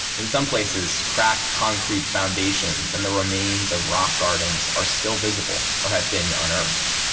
in some places, cracked concrete foundations, and the remains of rock gardens are still visible or have been unearthed.